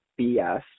BS